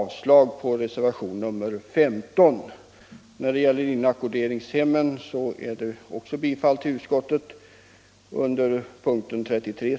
Vad beträffar inackorderingshemmen yrkar jag också bifall till utskottets hemställan under punkten 33.